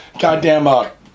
goddamn